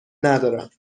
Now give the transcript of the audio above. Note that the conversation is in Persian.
ندارم